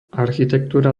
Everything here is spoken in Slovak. architektúra